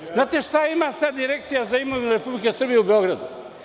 Da li znate šta sada ima Direkcija za imovinu Republike Srbije u Beogradu?